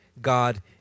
God